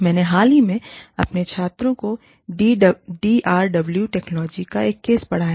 मैंने हाल ही में अपने छात्रों को DRW टेक्नोलॉजीज पर एक केस पढ़ाया